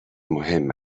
مهم